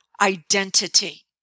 identity